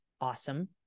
awesome